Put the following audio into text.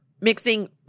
mixing